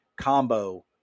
combo